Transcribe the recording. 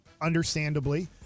understandably